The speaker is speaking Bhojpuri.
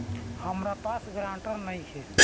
हमरा पास ग्रांटर नइखे?